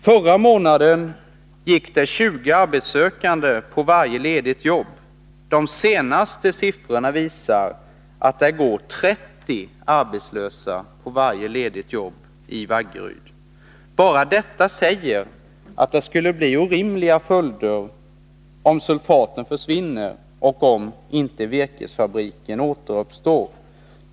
Förra månaden gick det 20 arbetssökande på varje ledigt arbete, och de senaste siffrorna visar att det går 30 arbetslösa på varje ledigt jobb i Vaggeryd. Bara detta säger att det skulle bli orimliga följder om sulfaten försvann och om inte virkesfabriken återuppstod.